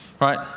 Right